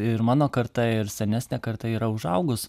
ir mano karta ir senesnė karta yra užaugus